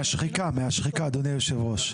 מהשחיקה, אדוני היושב ראש.